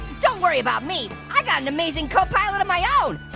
don't worry about me, i got an amazing co-pilot of my own.